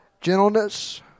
Gentleness